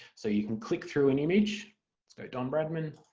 so you can click through an image so don bradman,